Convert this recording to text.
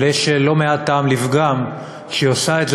אבל יש לא מעט טעם לפגם בכך שהיא עושה את זה